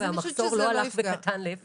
והמחסור לא הלך וקטן אלא להפך.